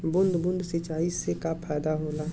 बूंद बूंद सिंचाई से का फायदा होला?